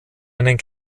einen